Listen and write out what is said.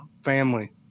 family